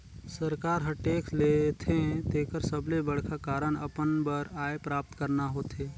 सरकार हर टेक्स लेथे तेकर सबले बड़खा कारन अपन बर आय प्राप्त करना होथे